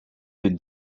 been